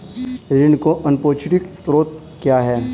ऋण के अनौपचारिक स्रोत क्या हैं?